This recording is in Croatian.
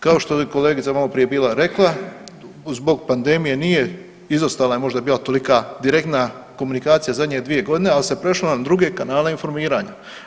Kao što je i kolegica maloprije bila rekla, zbog pandemije nije izostala, je možda bila tolika direktna komunikacije zadnje 2 godine, ali se prešlo na druge kanale informiranja.